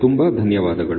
ತುಂಬಾ ಧನ್ಯವಾದಗಳು